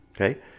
Okay